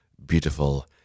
beautiful